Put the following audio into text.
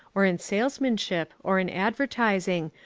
or in salesmanship, or in advertising,